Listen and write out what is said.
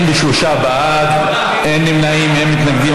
43 בעד, אין נמנעים, אין מתנגדים.